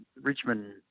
richmond